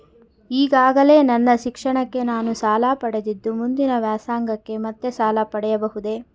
ಈಗಾಗಲೇ ನನ್ನ ಶಿಕ್ಷಣಕ್ಕೆ ನಾನು ಸಾಲ ಪಡೆದಿದ್ದು ಮುಂದಿನ ವ್ಯಾಸಂಗಕ್ಕೆ ಮತ್ತೆ ಸಾಲ ಪಡೆಯಬಹುದೇ?